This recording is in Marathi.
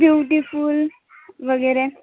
ब्युटीफुल वगैरे